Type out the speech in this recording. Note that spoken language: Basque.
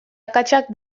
akatsak